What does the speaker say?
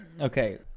okay